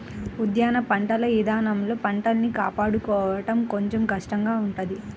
ఉద్యాన పంటల ఇదానంలో పంటల్ని కాపాడుకోడం కొంచెం కష్టంగా ఉంటది